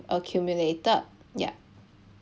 accumulated yup